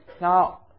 Now